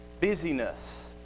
busyness